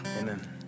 Amen